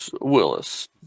Willis